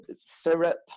syrup